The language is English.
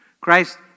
Christ